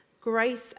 Grace